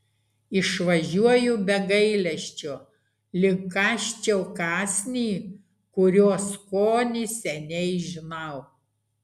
išvažiuoju be gailesčio lyg kąsčiau kąsnį kurio skonį seniai žinau